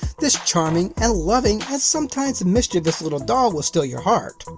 this charming and loving, and sometimes mischievous little dog will steal your heart.